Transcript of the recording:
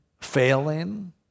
failing